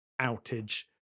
outage